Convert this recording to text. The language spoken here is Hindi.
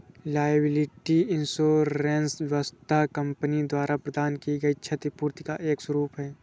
लायबिलिटी इंश्योरेंस वस्तुतः कंपनी द्वारा प्रदान की गई क्षतिपूर्ति का एक स्वरूप है